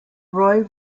roy